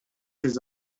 his